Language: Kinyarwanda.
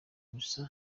bise